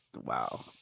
wow